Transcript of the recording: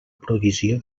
provisió